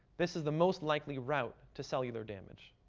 this is the most likely route to cellular damage.